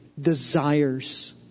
desires